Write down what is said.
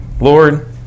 Lord